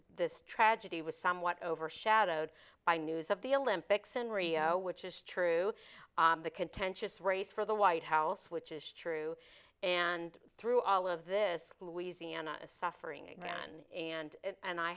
this tragedy was somewhat overshadowed by news of the olympics in rio which is true the contentious race for the white house which is true and through all of this louisiana is suffering again and